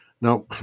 Now